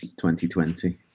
2020